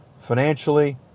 financially